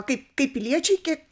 kaip kaip piliečiai kiek